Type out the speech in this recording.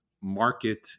market